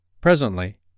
Presently